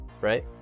Right